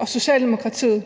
og Socialdemokratiet,